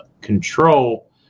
control